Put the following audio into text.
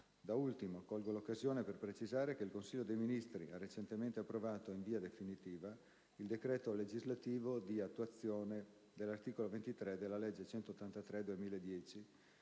Da ultimo, colgo l'occasione per precisare che il Consiglio dei ministri ha recentemente approvato, in via definitiva, il decreto legislativo di attuazione dell'articolo 23 della legge n. 183